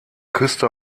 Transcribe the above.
küste